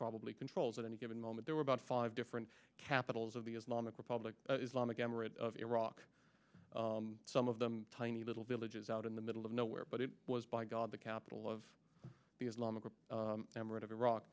probably controls at any given moment there were about five different capitals of the islamic republic islamic emirate of iraq some of them tiny little villages out in the middle of nowhere but it was by god the capital of the islamic or the emirate of iraq